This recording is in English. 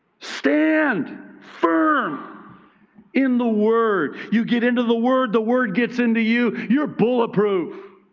stand firm in the word. you get into the word the word gets into you, you're bulletproof,